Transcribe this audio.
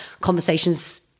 conversations